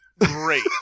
great